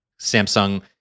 Samsung